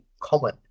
common